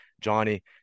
Johnny